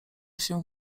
się